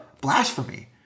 blasphemy